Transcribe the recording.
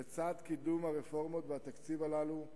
לצד קידום הרפורמות והתקציב הללו,